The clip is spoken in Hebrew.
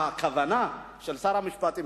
שהכוונה של שר המשפטים,